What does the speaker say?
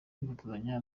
kwifotozanya